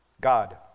God